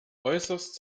äußerst